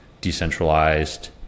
decentralized